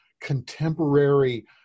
contemporary